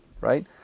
right